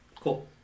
Cool